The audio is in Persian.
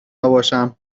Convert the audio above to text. نباشم